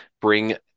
bring